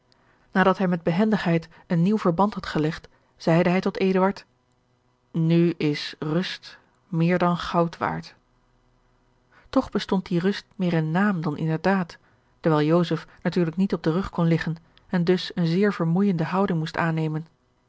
nadat hij met behendigheid een nieuw verband had gelegd zeide hij tot eduard nu is rust meer dan goud waard toch bestond die rust meer in naam dan inderdaad dewijl joseph natuurlijk niet op den rug kon liggen en dus eene zeer vermoeijende houding moest aannemen